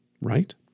right